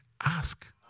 Ask